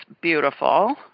beautiful